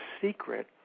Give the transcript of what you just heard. secret